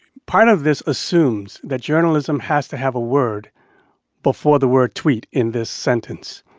part of this assumes that journalism has to have a word before the word tweet in this sentence,